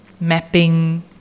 mapping